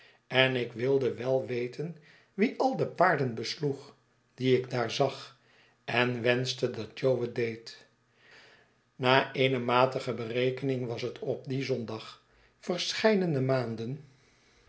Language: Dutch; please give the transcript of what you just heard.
en ik wilde wel weten wie al de paarden besloeg die ik daar zag en wenschte dat jo het deed naar eene matige berekening was het op dien zondag verscheidene maanden